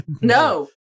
No